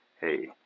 hey